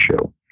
Show